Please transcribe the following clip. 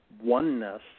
oneness